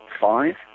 Five